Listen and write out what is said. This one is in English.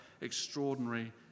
extraordinary